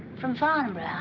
from farnborough.